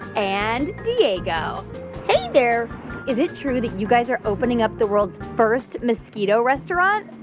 and diego hey there is it true that you guys are opening up the world's first mosquito restaurant?